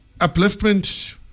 Upliftment